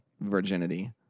virginity